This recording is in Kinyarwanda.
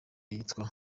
yitwa